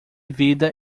vida